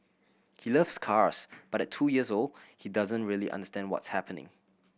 he loves cars but at two years old he doesn't really understand what's happening